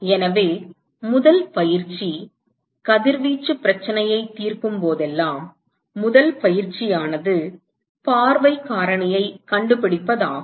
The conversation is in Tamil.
எனவே முதல் பயிற்சி கதிர்வீச்சு பிரச்சனையை தீர்க்கும் போதெல்லாம் முதல் பயிற்சியானது பார்வை காரணியை கண்டுபிடிப்பதாகும்